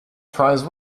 prize